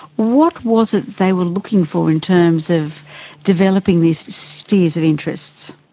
what was it they were looking for in terms of developing these spheres of interest?